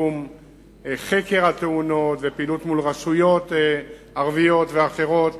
בתחום חקר התאונות והפעילות מול רשויות ערביות אחרות,